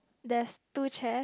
there's two chair